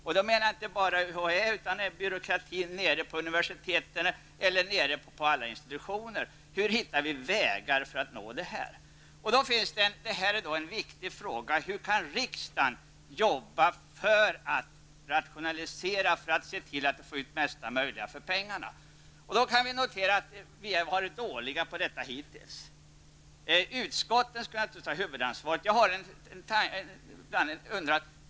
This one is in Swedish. Då avser jag inte bara UHÄ utan också byråkratin vid våra universitet och institutioner. Hur hittar vi framkomliga vägar här? En viktig fråga är: Hur kan riksdagen arbeta för en rationalisering, för att man ser till att pengarna ger så mycket som möjligt? I det avseendet har vi hittills varit dåliga. Utskotten har alltid huvudansvaret.